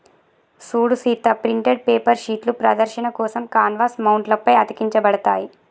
సూడు Sita printed paper షీట్లు ప్రదర్శన కోసం కాన్వాస్ మౌంట్ల పై అతికించబడతాయి